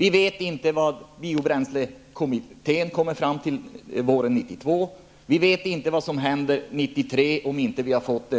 Vi vet inte vad biobränslekommittén kommer fram till våren 1992. Vi vet inte vad som händer 1993, om vi inte har fått